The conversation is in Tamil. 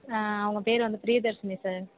அவங்க பேர் வந்து பிரியதர்ஷினி சார்